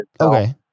Okay